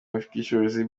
bushishozi